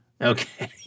Okay